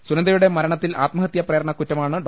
സുനന്ദയുടെ മരണത്തിൽ ആത്മഹത്യാപ്രേരണക്കു റ്റമാണ് ഡോ